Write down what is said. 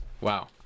Wow